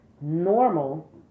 normal